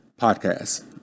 podcast